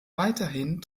weiterhin